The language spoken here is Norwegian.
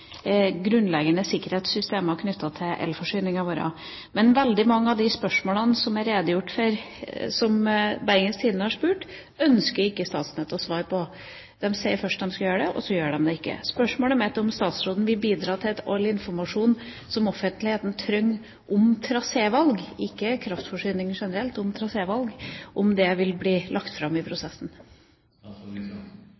grunnleggende sikkerhetssystemer knyttet til elforsyninga vår, men veldig mange av de spørsmålene som det er redegjort for, og som Bergens Tidende har spurt om, ønsker ikke Statnett å svare på. De sier først at de skal svare, og så gjør de det ikke. Spørsmålet mitt er om statsråden vil bidra til at all informasjon som offentligheten trenger om trasévalg – ikke om kraftforsyninga generelt – vil bli lagt fram i